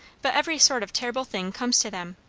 but every sort of terrible thing comes to them.